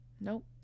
Nope